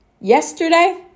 yesterday